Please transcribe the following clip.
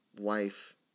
wife